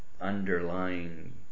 underlying